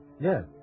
Yes